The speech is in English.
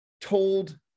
told